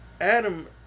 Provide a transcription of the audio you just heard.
Adam